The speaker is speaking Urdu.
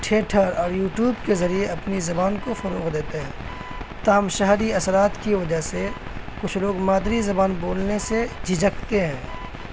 تھیئٹر اور یوٹیوب کے ذریعے اپنی زبان کو فروغ دیتے ہیں تام شہری اثرات کی وجہ سے کچھ لوگ مادری زبان بولنے سے جھجکتے ہیں